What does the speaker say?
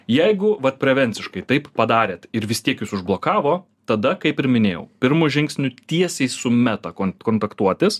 jeigu vat prevenciškai taip padarėt ir vis tiek jus užblokavo tada kaip ir minėjau pirmu žingsniu tiesiai su meta kont kontaktuotis